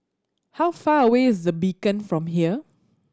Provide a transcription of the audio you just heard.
how far away is The Beacon from here